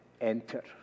Enter